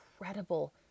incredible